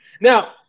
Now